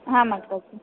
आम् अग्रज